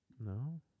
No